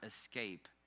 escape